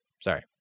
Sorry